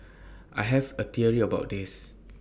I have A theory about this